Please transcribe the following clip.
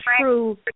true